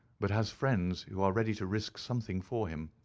but has friends who are ready to risk something for him.